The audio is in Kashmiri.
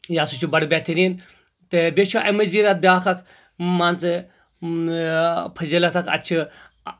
یہِ ہسا چھُ بَڑٕ بہتٔریٖن تہٕ بیٚیہِ چھُ اَمہِ مٔزیٖد اکھ بیاکھ اکھ مان زٕ فضلیت اتھ اَتہِ چھِ